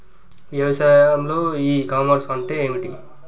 వ్యవసాయంలో e commerce అంటే ఏమిటి?